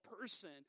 person